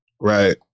Right